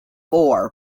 four